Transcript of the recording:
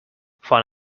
phone